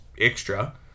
extra